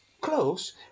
Close